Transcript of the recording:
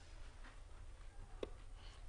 הצבעה אושר.